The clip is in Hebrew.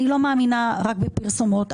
אני לא מאמינה רק בפרסומות.